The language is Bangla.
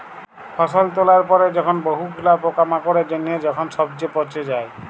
ফসল তোলার পরে যখন বহু গুলা পোকামাকড়ের জনহে যখন সবচে পচে যায়